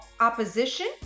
opposition